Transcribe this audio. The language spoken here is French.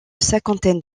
cinquantaine